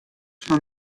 fan